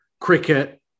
cricket